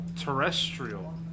Terrestrial